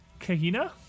Kahina